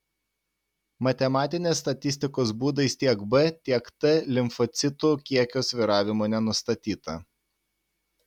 matematinės statistikos būdais tiek b tiek t limfocitų kiekio svyravimų nenustatyta